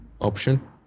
option